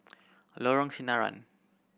Lorong Sinaran